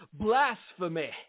blasphemy